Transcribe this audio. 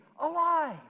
alive